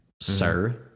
Sir